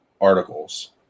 articles